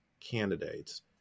candidates